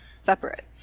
separate